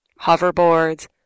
Hoverboards